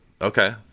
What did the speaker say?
okay